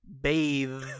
Bathe